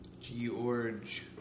George